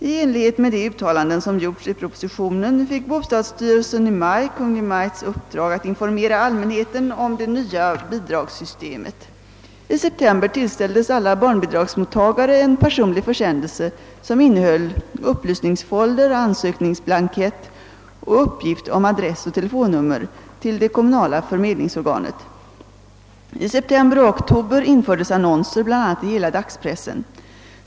I enlighet med de uttalanden som gjorts i propositionen fick bostadsstyrelsen i maj Kungl. Maj:ts uppdrag att informera allmänheten om det nya bidragssystemet. I september tillställdes alla barnbidragsmottagare en personlig försändelse som innehöll upplysningsfolder, ansökningsblankett och uppgift om adress och telefonnummer till det kommunala förmedlingsorganet. I september och oktober infördes annonser bl.a. i hela dagspressen.